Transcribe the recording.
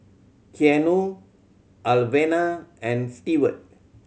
Keanu Alvena and Stewart